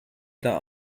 that